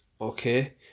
Okay